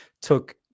took